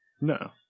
No